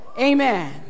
Amen